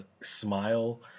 smile